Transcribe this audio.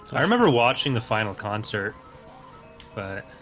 i remember watching the final concert but